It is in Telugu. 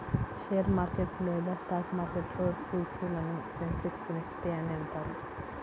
షేర్ మార్కెట్ లేదా స్టాక్ మార్కెట్లో సూచీలను సెన్సెక్స్, నిఫ్టీ అని అంటారు